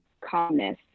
calmness